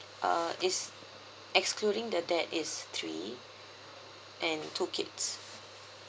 uh is excluding the dad is three and two kids